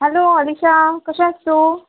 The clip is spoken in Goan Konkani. हॅलो अलीशा कशें आस् तूं